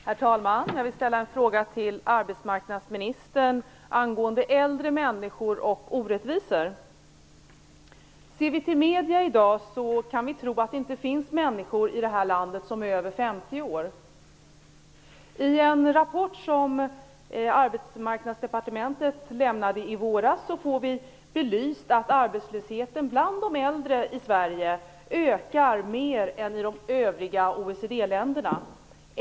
Herr talman! Jag vill ställa en fråga till arbetsmarknadsministern angående äldre människor och orättvisor. Ser man till medierna i dag kan man tro att det inte finns människor som är över 50 år i det här landet. Av en rapport som Arbetsmarknadsdepartementet lämnade i våras framgår att arbetslösheten bland de äldre i Sverige ökar mer än i de övriga OECD länderna.